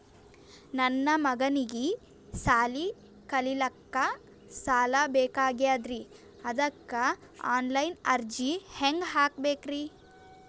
ನನ್ನ ಮಗನಿಗಿ ಸಾಲಿ ಕಲಿಲಕ್ಕ ಸಾಲ ಬೇಕಾಗ್ಯದ್ರಿ ಅದಕ್ಕ ಆನ್ ಲೈನ್ ಅರ್ಜಿ ಹೆಂಗ ಹಾಕಬೇಕ್ರಿ?